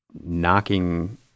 knocking